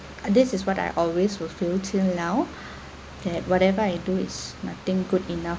this is what I always will feel till now that whatever I do is nothing good enough